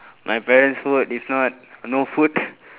my parents' food if not no food